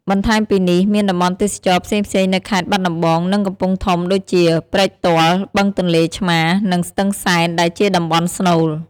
បន្ថែមពីនេះ មានតំបន់ទេសចរណ៍ផ្សេងៗនៅខេត្តបាត់ដំបង និងកំពង់ធំដូចជា ព្រែកទាល់ បឹងទន្លេឆ្មារ និងស្ទឹងសែន ដែលជាតំបន់ស្នូល។